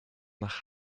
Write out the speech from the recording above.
nach